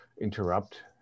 interrupt